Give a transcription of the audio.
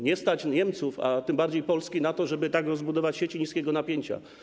Nie stać Niemców, a tym bardziej Polski na to, żeby tak rozbudować sieci niskiego napięcia.